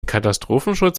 katastrophenschutz